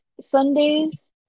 Sundays